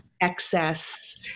Excess